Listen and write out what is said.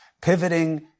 pivoting